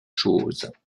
choses